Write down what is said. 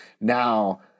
Now